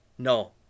No